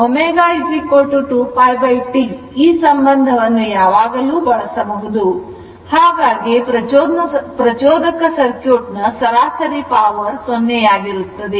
ω i 2πTಈ ಸಂಬಂಧವನ್ನು ಯಾವಾಗಲೂ ಬಳಸಬಹುದು ಹಾಗಾಗಿ ಪ್ರಚೋದಕ ಸರ್ಕ್ಯೂಟ್ ನ ಸರಾಸರಿ ಪವರ್ ಸೊನ್ನೆ ಯಾಗಿರುತ್ತದೆ